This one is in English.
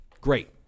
Great